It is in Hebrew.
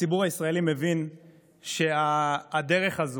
הציבור הישראלי מבין שהדרך הזו,